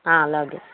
అలాగే